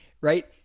right